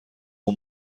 اون